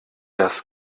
das